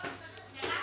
מירב,